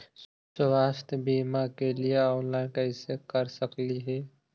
स्वास्थ्य बीमा के लिए ऑनलाइन कैसे कर सकली ही?